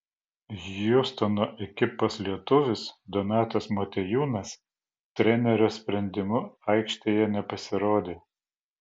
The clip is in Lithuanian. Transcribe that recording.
hjustono ekipos lietuvis donatas motiejūnas trenerio sprendimu aikštėje nepasirodė